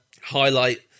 highlight